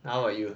how about you